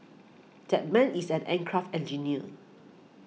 that man is an aircraft engineer